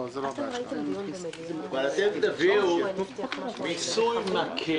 אבל אתם תעבירו מיסוי מקל.